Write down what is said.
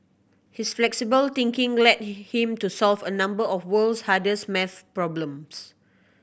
his flexible thinking led him to solve a number of world's hardest maths problems